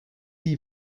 die